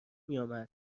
میامد